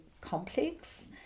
complex